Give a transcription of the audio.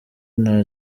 nta